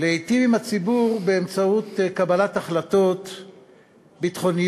להיטיב עם הציבור באמצעות קבלת החלטות ביטחוניות,